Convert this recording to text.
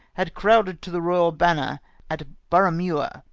had crowded to the royal banner at burrough-muir,